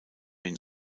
ihn